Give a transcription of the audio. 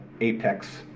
apex